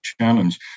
challenge